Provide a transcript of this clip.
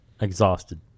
Exhausted